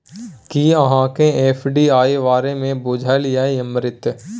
कि अहाँकेँ एफ.डी.आई बारे मे बुझल यै अमृता?